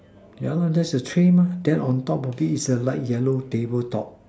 yeah lah that's the three mah then on top of it is a light yellow table top